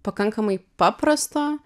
pakankamai paprasto